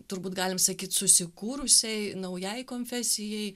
turbūt galim sakyt susikūrusiai naujai konfesijai